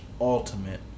Ultimate